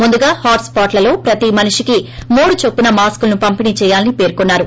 ముందుగా హాట్స్పాట్లలో ప్రతీ మనిషికి మూడు చొప్పు మాస్కులను పంపిణీ చేయాలని పేర్కున్నారు